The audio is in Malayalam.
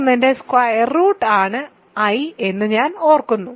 1 ന്റെ സ്ക്വയർ റൂട്ട് ആണ് i എന്ന് ഞാൻ ഓർക്കുന്നു